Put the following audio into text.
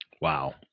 Wow